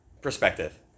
perspective